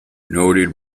noted